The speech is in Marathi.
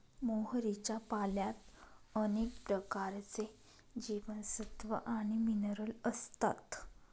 मोहरीच्या पाल्यात अनेक प्रकारचे जीवनसत्व आणि मिनरल असतात